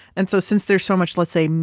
and so since there's so much let's say,